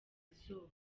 izuba